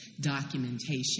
documentation